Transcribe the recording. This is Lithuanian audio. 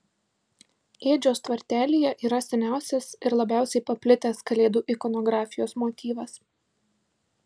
ėdžios tvartelyje yra seniausias ir labiausiai paplitęs kalėdų ikonografijos motyvas